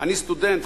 "אני סטודנט,